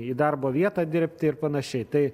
į darbo vietą dirbti ir panašiai tai